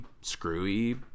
screwy